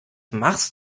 machst